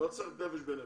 לא צריך את נפש בנפש.